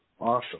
Awesome